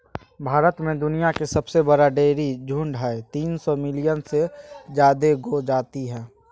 भारत में दुनिया के सबसे बड़ा डेयरी झुंड हई, तीन सौ मिलियन से जादे गौ जाती हई